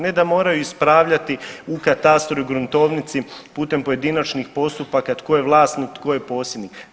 Ne da moraju ispravljati u katastru i gruntovnici putem pojedinačnih postupaka tko je vlasnik tko je posjednik.